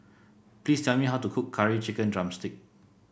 please tell me how to cook Curry Chicken drumstick